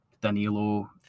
Danilo